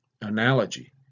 analogy